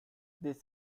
this